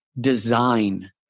design